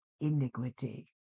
iniquity